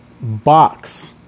box